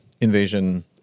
invasion